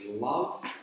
love